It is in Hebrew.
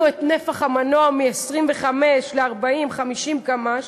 את נפח המנוע ואת המהירות מ-25 ל-50-40 קמ"ש.